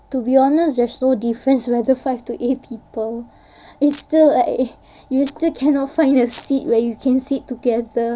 to be honest there's no difference whether five to eight people it's still like you still cannot find a seat where you can sit together